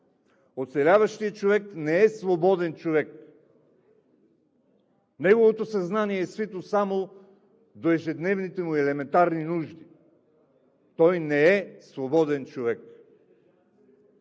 Оцеляващият човек не е свободен човек! Неговото съзнание е свито само до ежедневните му и елементарни нужди! Той не е свободен човек.